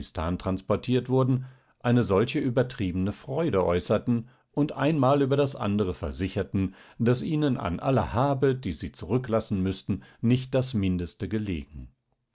transportiert wurden eine solche übertriebene freude äußerten und ein mal über das andere versicherten daß ihnen an aller habe die sie zurücklassen müssen nicht das mindeste gelegen